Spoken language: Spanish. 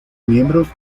miembros